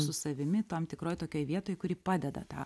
su savimi tam tikroj tokioj vietoj kuri padeda tą